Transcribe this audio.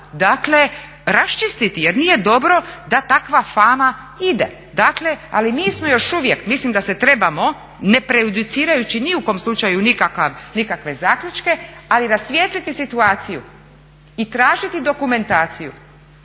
dakle raščistiti jer nije dobro da takva fama ide. Dakle ali mi smo još uvijek, mislim da se trebamo neprejudicirajući ni u kom slučaju nikakve zaključke, ali rasvijetliti situaciju i tražiti dokumentaciju